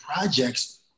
projects